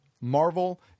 Marvel